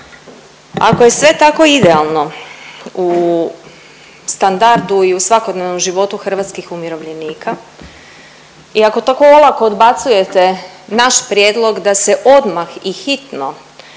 ako je sve tako idealno u standardu i u svakodnevnom životu hrvatskih umirovljenika i ako tako olako odbacujete naš prijedlog da se odmah i hitno